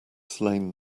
slain